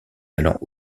allant